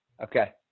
Okay